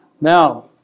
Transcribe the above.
Now